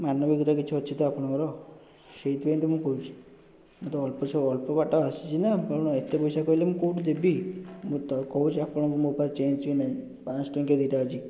ମାନବିକତା କିଛି ଅଛି ତ ଆପଣଙ୍କର ସେଇଥିପାଇଁ ତ ମୁଁ କହୁଚି ମୋତେ ସେ ମୋତେ ଅଳ୍ପ ବାଟ ଆସିଛି ନା ଆପଣ ଏତେ ପଇସା କହିଲେ ମୁଁ କେଉଁଠୁ ଦେବି ମୁଁ ତ କହୁଛି ଆପଣଙ୍କୁ ମୋ ପାଖରେ ଚେଞ୍ଜ ହିଁ ନାହିଁ ପାଞ୍ଚଶହ ଟଙ୍କିଆ ଦୁଇଟା ଅଛି